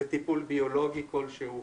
טיפול ביולוגי כלשהו,